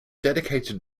dedicated